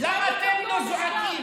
זה קשור?